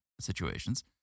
situations